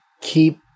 keep